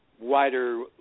wider